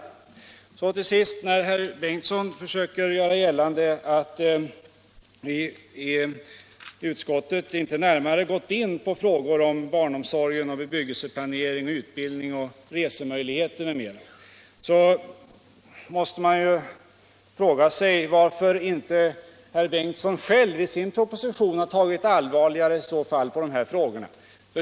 När herr Ingemund Bengtsson gör gällande att vi i utskottet inte närmare har gått in på frågorna om barnomsorgen, bebyggelseplaneringen, utbildningen och resemöjligheterna, måste man fråga sig varför inte herr Bengtsson själv i sin proposition har tagit allvarligare på dessa frågor.